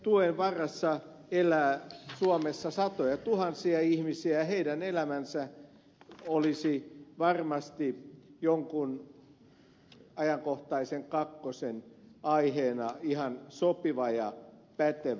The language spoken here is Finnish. toimeentulotuen varassa elää suomessa satojatuhansia ihmisiä ja heidän elämänsä olisi varmasti jonkun ajankohtaisen kakkosen aiheena ihan sopiva ja pätevä